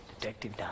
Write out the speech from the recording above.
Detective